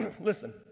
Listen